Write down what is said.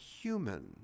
human